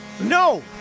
no